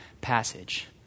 passage